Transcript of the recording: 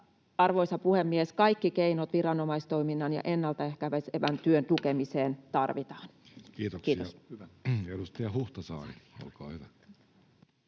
Arvoisa puhemies! Kaikki keinot viranomaistoiminnan ja ennaltaehkäisevän työn tukemiseen tarvitaan. — Kiitos. [Speech 58] Speaker: